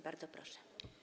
Bardzo proszę.